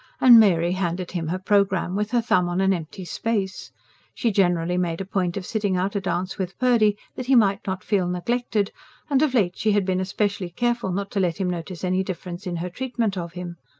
and mary handed him her programme with her thumb on an empty space she generally made a point of sitting out a dance with purdy that he might not feel neglected and of late she had been especially careful not to let him notice any difference in her treatment of him.